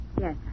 Yes